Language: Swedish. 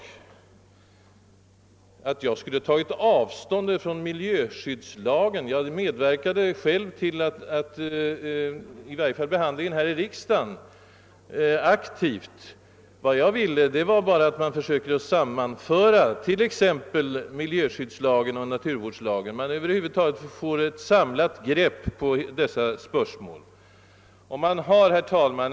Beträffande påståendet att jag skulle ha tagit avstånd från miljöskyddslagen vill jag säga, att jag tvärtom själv ganska aktivt medverkade vid behandlingen här i riksdagen av denna lag. Vad jag nu ville framhålla var bara att man bör försöka sammanföra t.ex. miljöskyddslagen och naturvårdslagen för att få ett samlande grepp på de spörsmål dessa lagar omfattar.